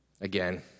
Again